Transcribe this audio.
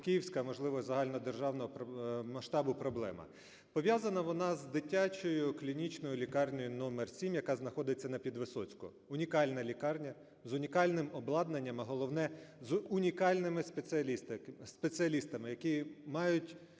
київська, а можливо, загальнодержавного масштабу проблема. Пов'язана вона з Дитячою клінічною лікарнею № 7, яка знаходиться на Підвисоцького. Унікальна лікарня з унікальним обладнанням, а головне – з унікальними спеціалістами, які мають